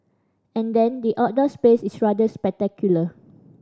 and then the outdoor space is rather spectacular